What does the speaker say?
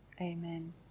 Amen